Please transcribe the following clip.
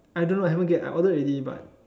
I don't know I haven't get I ordered already but